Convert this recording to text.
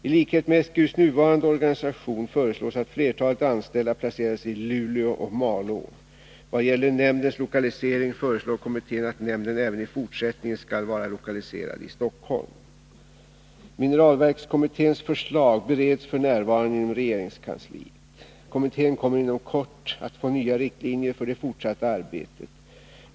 I likhet med SGU:s nuvarande organisation föreslås att flertalet anställda placeras i Luleå och Malå. Vad gäller nämndens lokalisering föreslår kommittén att nämnden även i fortsättningen skall vara lokaliserad i Stockholm. Mineralverkskommitténs förslag bereds f.n. inom regeringskansliet. Kommittén kommer inom kort att få nya riktlinjer för det fortsatta arbetet.